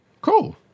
cool